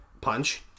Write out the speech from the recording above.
punch